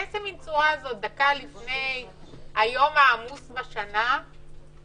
איזו מן צורה זו דקה לפני היום העמוס בשנה להגיד,